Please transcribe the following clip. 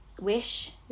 Wish